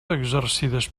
exercides